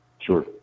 Sure